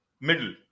middle